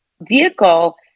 vehicle